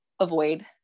avoid